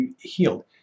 healed